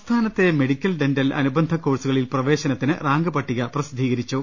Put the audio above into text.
സംസ്ഥാനത്തെ medical dental അനുബന്ധ കോഴ്സുകളിൽ പ്രവേശനത്തിന് റാങ്ക് പട്ടിക പ്രസിദ്ധീരിച്ചു